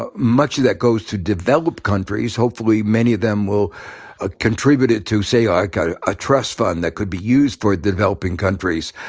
ah much of that goes to developed countries. hopefully many of them will ah contribute it to, say, a kind of ah trust fund that could be used for developing countries.